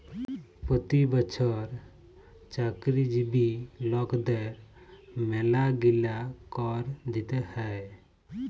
পতি বচ্ছর চাকরিজীবি লকদের ম্যালাগিলা কর দিতে হ্যয়